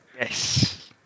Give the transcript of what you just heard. Yes